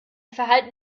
verhalten